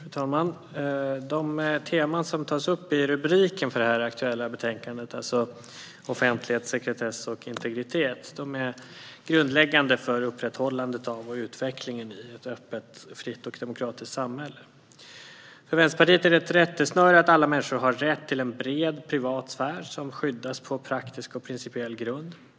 Fru talman! De teman som tas upp i rubriken för det aktuella betänkandet - det vill säga offentlighet, sekretess och integritet - är grundläggande för upprätthållandet av och utvecklingen i ett öppet, fritt och demokratiskt samhälle. För Vänsterpartiet är det ett rättesnöre att alla människor har rätt till en bred privat sfär som skyddas på praktisk och principiell grund.